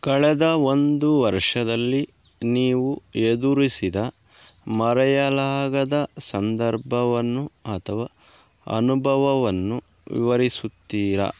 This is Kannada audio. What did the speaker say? ಕಳೆದ ಒಂದು ವರ್ಷದಲ್ಲಿ ನೀವು ಎದುರಿಸಿದ ಮರೆಯಲಾಗದ ಸಂದರ್ಭವನ್ನು ಅಥವಾ ಅನುಭವವನ್ನು ವಿವರಿಸುತ್ತೀರಾ